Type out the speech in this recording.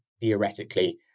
theoretically